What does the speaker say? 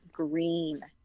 green